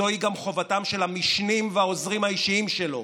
זוהי גם חובתם של המשנים והעוזרים האישיים שלו,